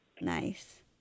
Nice